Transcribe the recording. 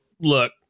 look